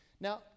Now